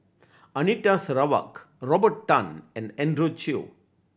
Anita Sarawak Robert Tan and Andrew Chew